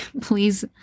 Please